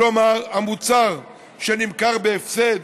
כלומר המוצר שנמכר בהפסד